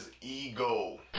ego